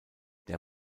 der